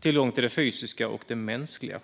tillgång till det fysiska och det mänskliga.